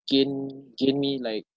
gain gain me like